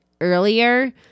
earlier